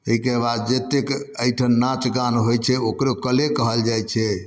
एहिके बाद जतेक अहिठाम नाचगान होइ छै ओकरो कले कहल जाइ छै